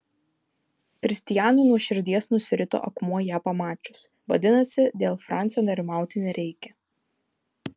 kristijanui nuo širdies nusirito akmuo ją pamačius vadinasi dėl fransio nerimauti nereikia